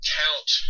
count